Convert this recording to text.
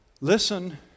listen